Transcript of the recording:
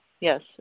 Yes